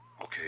Okay